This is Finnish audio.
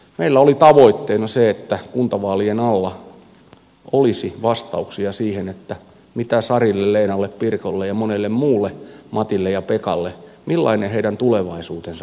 meillä oli tavoitteena se että kuntavaalien alla olisi vastauksia siihen mitä kuuluu sarille leenalle pirkolle ja monelle muulle matille ja pekalle millainen heidän tulevaisuutensa on